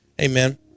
Amen